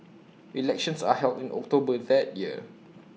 elections are held in October that year